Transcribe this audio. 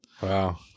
Wow